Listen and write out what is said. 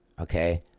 okay